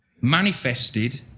manifested